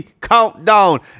countdown